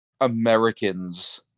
Americans